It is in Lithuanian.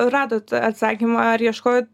radot atsakymą ar ieškojot